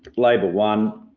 labor won,